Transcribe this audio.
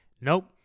nope